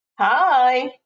Hi